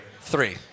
Three